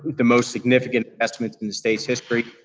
the most significant estimates in the state's history,